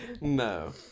No